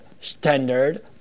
standard